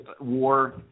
War